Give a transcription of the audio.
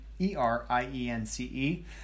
E-R-I-E-N-C-E